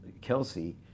Kelsey